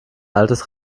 altes